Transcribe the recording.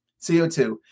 CO2